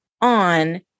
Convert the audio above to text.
on